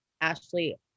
ashley